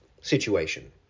situation